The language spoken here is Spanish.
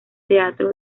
teatro